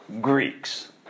Greeks